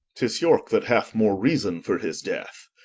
tis yorke that hath more reason for his death.